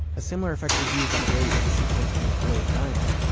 a similar effect was used on barry in the sequence when his boy is dying.